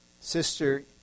Sister